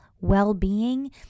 well-being